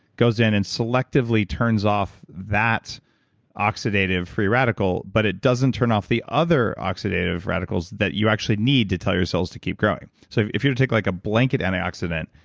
goes in and selectively turns off that oxidative free radical, but it doesn't turn off the other oxidative radicals that you actually need to tell your cells to keep growing. so if you were to take like a blanket antioxidant,